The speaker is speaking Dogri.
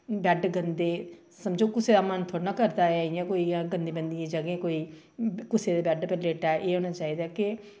बैड्ड गंदे समझो कुसै दा मन थोह्ड़े ना करदा ऐ इ'यां कोई गंदी मंदी जगहें कोई कुसै दे बैड्ड पर लेटै एह् होना चाहिदा कि